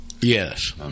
Yes